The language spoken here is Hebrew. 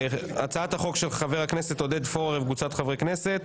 (הצעת החוק של חה"כ עודד פורר וקבוצת חברי הכנסת),